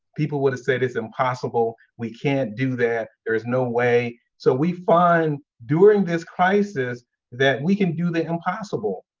people would have said it's impossible, we can't do that, there's no way. so we find, during this crisis that we can do the impossible.